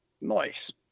Nice